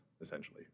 essentially